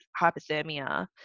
hypothermia